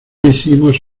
hicimos